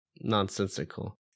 nonsensical